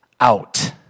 out